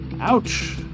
Ouch